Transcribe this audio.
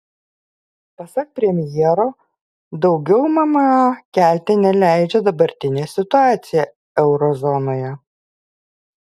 pasak premjero daugiau mma kelti neleidžia dabartinė situacija euro zonoje